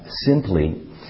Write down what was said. simply